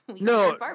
No